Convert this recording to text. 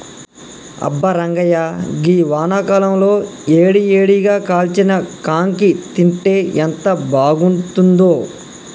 అబ్బా రంగాయ్య గీ వానాకాలంలో ఏడి ఏడిగా కాల్చిన కాంకి తింటే ఎంత బాగుంతుందో